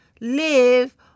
Live